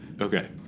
Okay